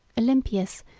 olympius,